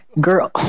Girl